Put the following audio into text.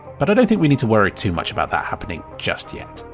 but i don't think we need to worry too much about that happening just yet.